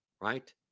right